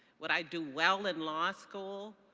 would i do well in law school?